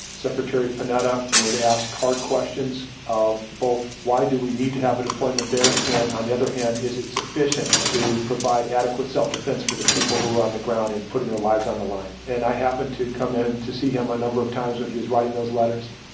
secretary panetta would ask hard questions of both, why do we need to have a deployment there? and on the other hand, is it sufficient to provide adequate self-defense for the people who are on the ground and putting their lives on the line. and i happened to come in to see him a number of times when he was writing those letters.